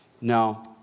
No